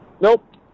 Nope